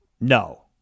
No